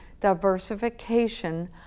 diversification